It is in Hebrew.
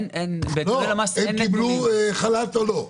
הם קיבלו חל"ת או לא?